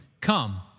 come